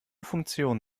funktion